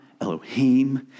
Elohim